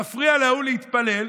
מפריע להוא להתפלל,